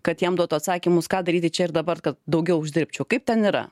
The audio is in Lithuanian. kad jam duotų atsakymus ką daryti čia ir dabar kad daugiau uždirbčiau kaip ten yra